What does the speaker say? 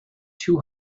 two